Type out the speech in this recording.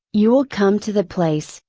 you will come to the place,